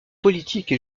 politique